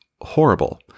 horrible